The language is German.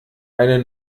eine